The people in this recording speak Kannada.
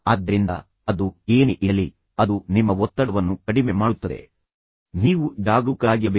ಆದ್ದರಿಂದ ಅದು ಏನೇ ಇರಲಿ ಅದು ನಿಮ್ಮ ಒತ್ತಡವನ್ನು ಕಡಿಮೆ ಮಾಡುತ್ತದೆ ಆದರೆ ನೀವು ಸ್ನಾನವನ್ನು ಆನಂದಿಸಬೇಕು ನೀವು ಜಾಗರೂಕರಾಗಿರಬೇಕು